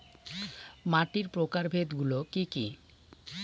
মাটির প্রকারভেদ গুলো কি কী?